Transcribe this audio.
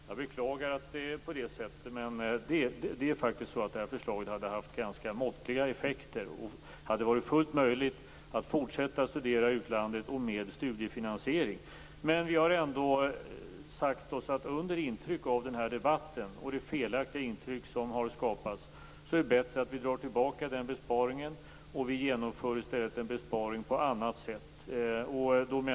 Jag beklagar att det blev på det sättet. Men förslaget hade faktiskt haft ganska måttliga effekter. Det hade varit fullt möjligt att fortsätta att studera i utlandet med studiefinansiering. Men påverkade av debatten och det felaktiga intryck som har skapats sade vi oss att det var bättre att dra tillbaka den besparingen. I stället genomför vi en besparing på annat sätt.